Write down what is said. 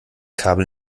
kabel